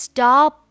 Stop